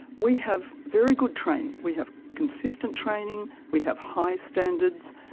we have very good training, we have consistent training, we have high standards.